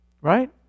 Right